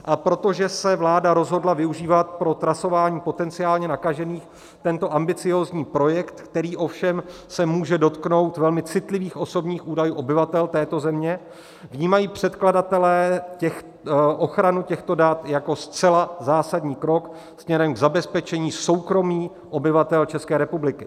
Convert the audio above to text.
A protože se vláda rozhodla využívat pro trasování potenciálně nakažených tento ambiciózní projekt, který se ovšem může dotknout velmi citlivých osobních údajů obyvatel této země, vnímají předkladatelé ochranu těchto dat jako zcela zásadní krok směrem k zabezpečení soukromí obyvatel České republiky.